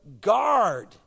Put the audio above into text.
guard